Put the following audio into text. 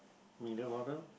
middle bottom